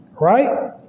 right